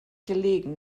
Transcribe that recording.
gelegen